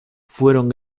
fueron